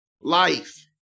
life